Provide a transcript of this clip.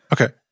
Okay